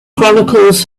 chronicles